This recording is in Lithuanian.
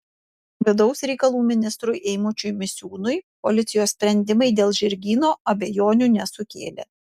vidaus reikalų ministrui eimučiui misiūnui policijos sprendimai dėl žirgyno abejonių nesukėlė